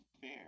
fair